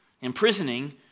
imprisoning